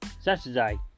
Saturday